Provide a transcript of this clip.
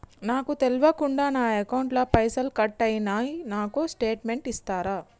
నాకు తెల్వకుండా నా అకౌంట్ ల పైసల్ కట్ అయినై నాకు స్టేటుమెంట్ ఇస్తరా?